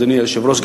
אדוני היושב-ראש,